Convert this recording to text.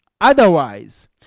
Otherwise